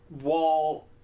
wall